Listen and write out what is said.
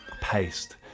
Paste